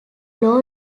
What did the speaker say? low